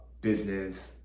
business